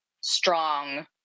strong